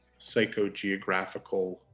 psychogeographical